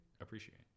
appreciate